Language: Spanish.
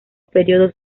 periodos